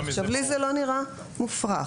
לי זה לא נראה מופרך.